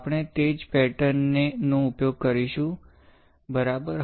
આપણે તે જ પેટર્ન નો ઉપયોગ કરીશું બરાબર